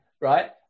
right